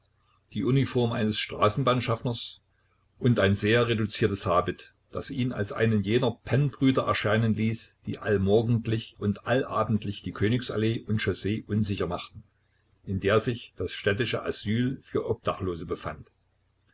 die uniform eines straßenbahnschaffners und ein sehr reduziertes habit das ihn als einen jener pennbrüder erscheinen ließ die allmorgendlich und allabendlich die königs allee und chaussee unsicher machten in der sich das städtische asyl für obdachlose befand